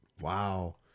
Wow